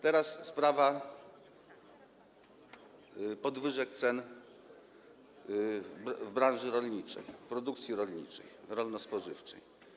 Teraz sprawa podwyżek cen w branży rolniczej, w produkcji rolniczej, rolno-spożywczej.